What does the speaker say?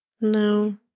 No